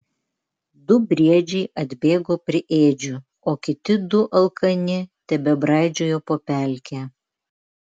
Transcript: du briedžiai atbėgo prie ėdžių o kiti du alkani tebebraidžiojo po pelkę